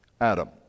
Adam